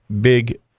big